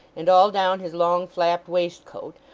and all down his long flapped waistcoat,